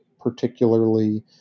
particularly